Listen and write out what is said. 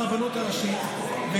ברבנות הראשית,